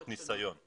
לפחות ניסיון.